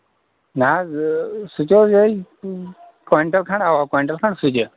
نہ حظ سُہ تہِ اوس یِہوٚے کویِنٹَل کھَنٛڈ اَوا کویِنٹَل کھٔنٛڈ سُہ تہِ